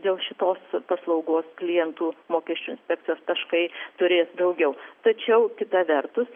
dėl šitos paslaugos klientų mokesčių inspekcijos taškai turės daugiau tačiau kita vertus